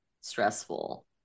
stressful